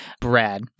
Brad